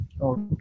Okay